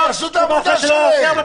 שיעשו את העבודה שלהם.